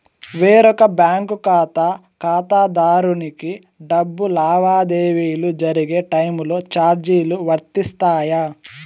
వేరొక బ్యాంకు ఖాతా ఖాతాదారునికి డబ్బు లావాదేవీలు జరిగే టైములో చార్జీలు వర్తిస్తాయా?